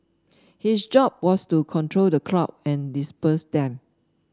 his job was to control the crowd and disperse them